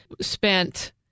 spent